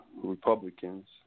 Republicans